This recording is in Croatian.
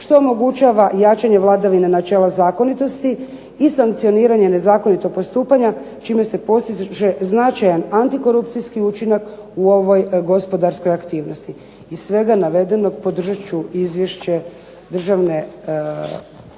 što omogućava jačanje vladavine načela zakonitosti i sankcioniranje nezakonitog postupanja čime se postiže značajan antikorupcijski učinak u ovoj gospodarskoj aktivnosti. Iz svega navedenog podržat ću Izvješće Državne